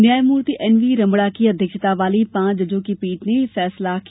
न्यायमूर्ति N V Ramana की अध्यक्षता वाली पांच जजों की पीठ ने यह फैसला दिया